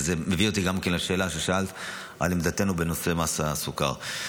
וזה מביא אותי גם לשאלה ששאלת על עמדתנו בנושא מס הסוכר.